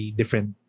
different